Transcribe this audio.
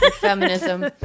feminism